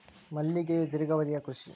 ಮಲ್ಲಿಗೆಯು ದೇರ್ಘಾವಧಿಯ ಕೃಷಿ